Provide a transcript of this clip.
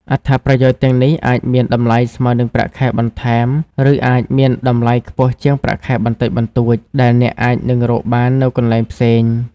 អត្ថប្រយោជន៍ទាំងនេះអាចមានតម្លៃស្មើនឹងប្រាក់ខែបន្ថែម ឬអាចមានតម្លៃខ្ពស់ជាងប្រាក់ខែបន្តិចបន្តួចដែលអ្នកអាចនឹងរកបាននៅកន្លែងផ្សេង។